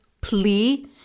plea